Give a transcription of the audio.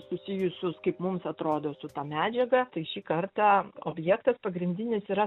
susijusius kaip mums atrodo su ta medžiaga tai šį kartą objektas pagrindinis yra